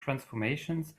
transformations